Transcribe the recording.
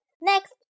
Next